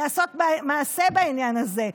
לעשות מעשה בעניין הזה.